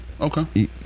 Okay